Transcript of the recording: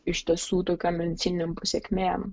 iš tiesų su tokiom medicininėm pasėkmėm